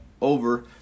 over